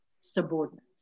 subordinate